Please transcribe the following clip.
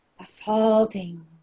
assaulting